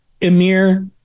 emir